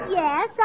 yes